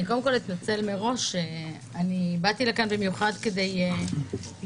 אני קודם כל מתנצלת מראש שאני באתי לכאן במיוחד כדי לשמוע,